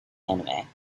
anime